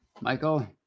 Michael